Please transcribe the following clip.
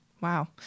Wow